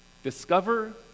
Discover